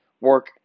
work